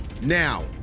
now